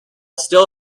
still